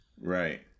Right